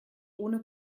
ohne